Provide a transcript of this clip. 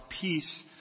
peace